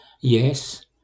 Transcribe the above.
Yes